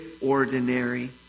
ordinary